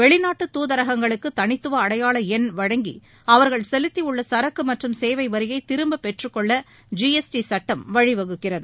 வெளிநாட்டு தூதரகங்களுக்கு தனித்துவ அடையாள எண் வழங்கி அவர்கள் செலுத்தி உள்ள சரக்கு மற்றும் சேவை வரியை திரும்ப பெற்றுக்கொள்ள ஜி எஸ் டி சுட்டம் வழிவகுக்கிறது